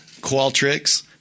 Qualtrics